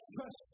trust